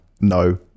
no